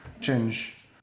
change